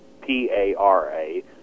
P-A-R-A